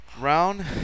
round